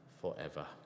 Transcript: forever